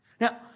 Now